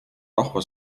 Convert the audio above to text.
rahva